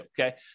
okay